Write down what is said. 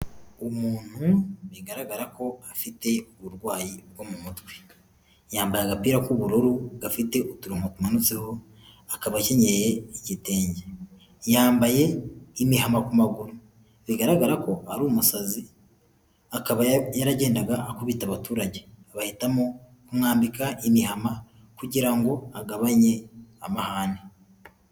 Umuntu bigaragara ko Afite uburwayi bwo mu mutwe, yambaye agapira k'ubururu gafite uturongo tumanutseho, akaba akeneyenye igitenge, yambaye imihama ku maguru, bigaragara ko ari umusazi, akaba yaragendaga akubita abaturage, bahitamo kumwambika imihama kugira ngo agabanye amahane.